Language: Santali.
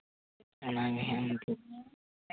ᱚᱱᱟᱜᱮ ᱦᱮᱸ ᱮᱱᱛᱮᱫ